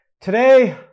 Today